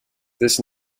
this